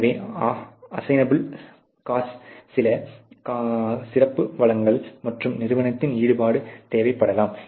எனவே அசையின் அப்பள் சில காஸ்களுக்கு சிறப்பு வளங்கள் மற்றும் நிர்வாகத்தின் ஈடுபாடு தேவைப்படலாம்